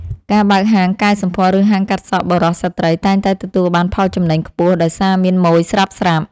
ការបើកហាងកែសម្ផស្សឬហាងកាត់សក់បុរសស្ត្រីតែងតែទទួលបានផលចំណេញខ្ពស់ដោយសារមានម៉ូយស្រាប់ៗ។